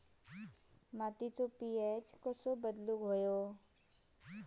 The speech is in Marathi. मातीचो पी.एच कसो बदलुक होयो?